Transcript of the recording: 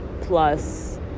plus